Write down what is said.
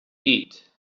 eat